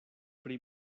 pri